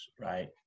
right